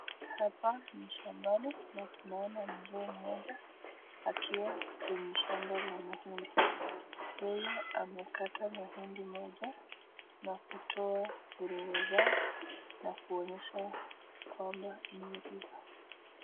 Hapa ni shambani na tunaona mzee mmoja akiwa kwenye shamba la mahindi. Yeye amekata mahindi moja na kutoa nguo zao na kuonyesha kwamba imeiva.